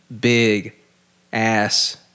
big-ass